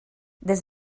des